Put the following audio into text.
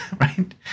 right